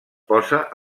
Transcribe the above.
posa